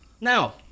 Now